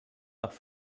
nach